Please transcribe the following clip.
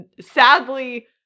sadly